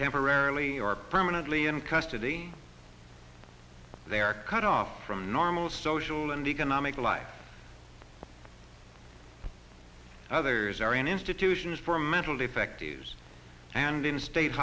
temporarily or permanently in custody they are cut off from normal social and economic life others are in institutions for a mental defectives and in sta